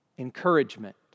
Encouragement